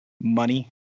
money